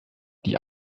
die